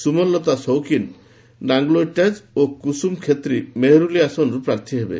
ସୁମନଲତା ସୌକିନ ନାଙ୍ଗଲୋଇଜାଟ୍ ଓ କୁସୁମ ଖତ୍ରୀ ମେହେରୁଲି ଆସନରୁ ପ୍ରାର୍ଥୀ ହେବେ